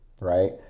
right